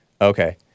Okay